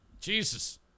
Jesus